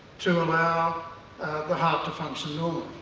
to allow the heart to function normally.